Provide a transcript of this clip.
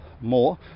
more